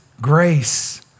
grace